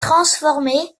transformée